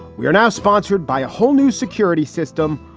we are now sponsored by a whole new security system,